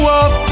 up